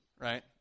Right